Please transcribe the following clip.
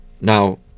Now